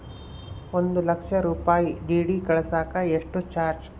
ಒಂದು ಲಕ್ಷ ರೂಪಾಯಿ ಡಿ.ಡಿ ಕಳಸಾಕ ಎಷ್ಟು ಚಾರ್ಜ್?